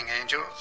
angels